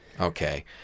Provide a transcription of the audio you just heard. Okay